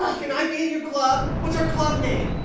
ah can i be in your club? what's our club name?